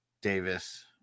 Davis